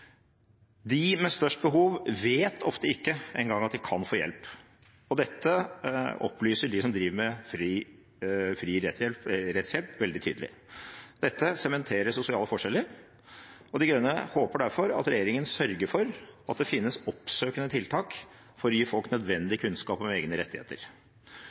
De med størst behov vet ofte ikke engang at de kan få hjelp. Dette opplyser de som driver med fri rettshjelp, veldig tydelig. Dette sementerer sosiale forskjeller, og De Grønne håper derfor at regjeringen sørger for at det finnes oppsøkende tiltak for å gi folk nødvendig kunnskap om egne rettigheter.